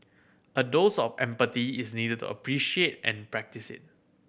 a dose of empathy is needed to appreciate and practice it